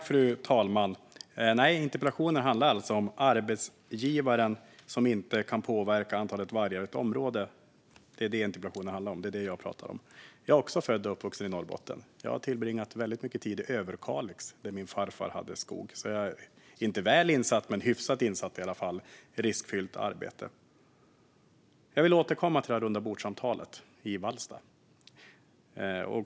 Fru talman! Nej, interpellationen handlade om arbetsgivare som inte kan påverka antalet vargar i ett område. Det är det interpellationen handlar om, och det är det jag talar om. Jag är också född och uppvuxen i Norrbotten, och jag har tillbringat väldigt mycket tid i Överkalix, där min farfar hade skog. Jag är därför om inte väl insatt så i alla fall hyfsat insatt i riskfyllt arbete. Jag vill återkomma till rundabordssamtalet i Vallsta.